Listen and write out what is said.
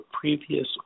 previous